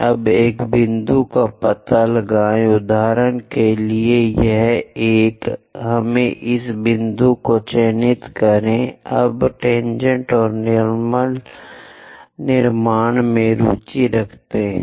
अब एक बिंदु का पता लगाएं उदाहरण के लिए यह एक हमें इस बिंदु को चिह्नित करें हम टेनजेंट और नार्मल निर्माण में रुचि रखते हैं